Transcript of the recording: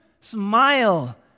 smile